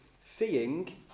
seeing